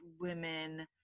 women